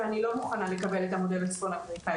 ואני לא מוכנה לקבל את המודל הצפון אמריקני,